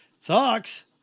Sucks